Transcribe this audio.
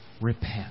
repent